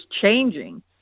changing